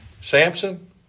Samson